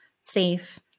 safe